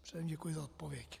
Předem děkuji za odpověď.